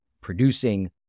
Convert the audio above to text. producing